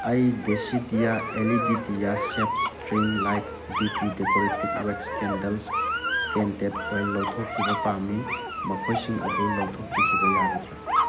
ꯑꯩ ꯗꯦꯁꯤꯗꯤꯌꯥ L E D diya shapes string light ꯗꯤ ꯄꯤ decorative wax candles scented oil ꯂꯧꯊꯣꯛꯈꯤꯕ ꯄꯥꯝꯃꯤ ꯃꯈꯣꯏꯁꯤꯡ ꯑꯗꯨ ꯂꯧꯊꯣꯛꯄꯤꯈꯤꯕ ꯌꯥꯒꯗ꯭ꯔꯥ